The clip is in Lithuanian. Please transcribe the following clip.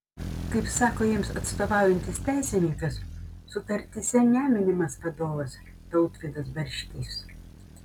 kaip sako jiems atstovaujantis teisininkas sutartyse neminimas vadovas tautvydas barštys